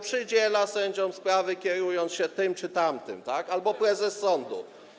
przydziela sędziom sprawy, kierując się tym czy tamtym, albo prezes sądu.